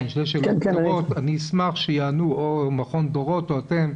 אני אשמח שאתם או מכון דורות תענו,